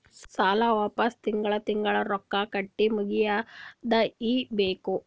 ಸಾಲ ವಾಪಸ್ ತಿಂಗಳಾ ತಿಂಗಳಾ ರೊಕ್ಕಾ ಕಟ್ಟಿ ಮುಗಿಯದ ಇರ್ಬೇಕು